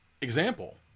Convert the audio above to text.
example